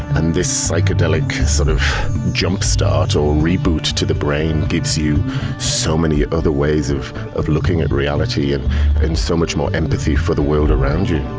and this psychedelic sort of jumpstart or reboot to the brain gives you so many other ways of of looking at reality and and so much more empathy for the world around you.